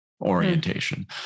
orientation